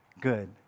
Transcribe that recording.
good